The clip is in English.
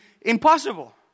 Impossible